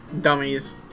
Dummies